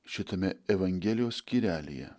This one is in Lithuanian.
šitame evangelijos skyrelyje